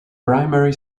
primary